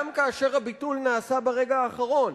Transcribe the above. גם כאשר הביטול נעשה ברגע האחרון.